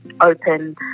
open